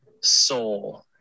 soul